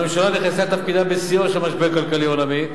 הממשלה נכנסה לתפקידה בשיאו של המשבר הכלכלי העולמי,